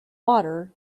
water